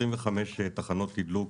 25 תחנות תדלוק